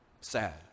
sad